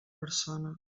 persona